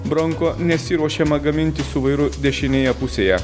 bronko nesiruošiama gaminti su vairu dešinėje pusėje